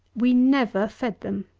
we never fed them.